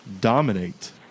dominate